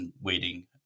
waiting